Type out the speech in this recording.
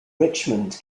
richmond